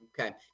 Okay